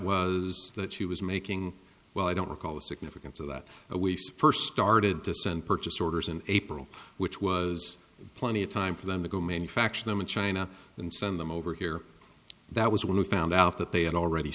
was that he was making well i don't recall the significance of that we first started to send purchase orders in april which was plenty of time for them to go manufacture them in china and send them over here that was when we found out that they had already